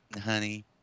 honey